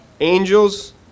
angels